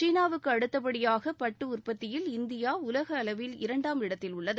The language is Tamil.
சீனாவுக்கு அடுத்தபடியாக பட்டு உற்பத்தியில் இந்தியா உலக அளவில் இரண்டாம் இடத்தில் உள்ளகு